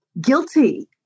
guilty